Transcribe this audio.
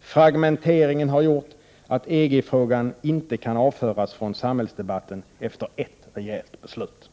Fragmenteringen har gjort att EG-frågan inte kan avföras från samhällsdebatten efter ert rejält beslut.